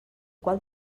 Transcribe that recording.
qual